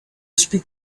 speak